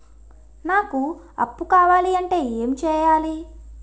నాకు అప్పు కావాలి అంటే ఎం చేయాలి?